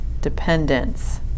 dependence